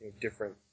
different